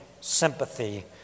sympathy